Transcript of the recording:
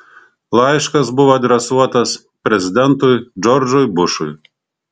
laiškas buvo adresuotas prezidentui džordžui bušui